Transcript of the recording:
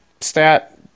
stat